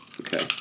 Okay